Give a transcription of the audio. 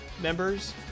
members